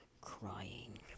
crying